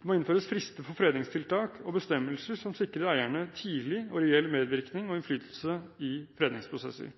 Det må innføres frister for fredningstiltak og bestemmelser som sikrer eierne tidlig og reell medvirkning og innflytelse i fredningsprosesser.